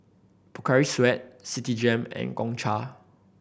Pocari Sweat Citigem and Gongcha